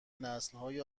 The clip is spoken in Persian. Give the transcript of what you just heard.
نسلهای